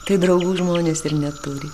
tai draugų žmonės ir neturi